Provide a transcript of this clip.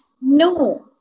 No